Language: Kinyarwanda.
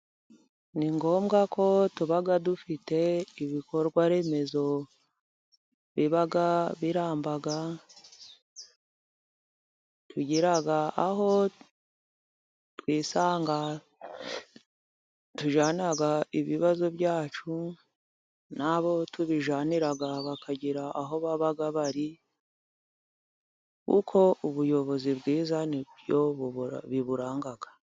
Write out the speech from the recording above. Ni ngombwa ko tuba dufite ibikorwaremezo biba biramba. Tugira aho twisanga tujyana ibibazo byacu, n'abo tubijyanira bakagira aho baba bari, kuko ubuyobozi bwiza ni byo biburanga.